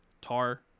Tar